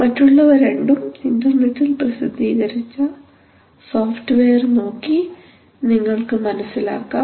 മറ്റുള്ളവ രണ്ടും ഇൻറർനെറ്റിൽ പ്രസിദ്ധീകരിച്ച സോഫ്റ്റ്വെയർ നോക്കി നിങ്ങൾക്ക് മനസിലാക്കാം